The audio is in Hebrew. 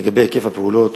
3. לגבי היקף הפעולות,